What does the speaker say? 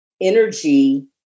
energy